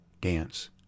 dance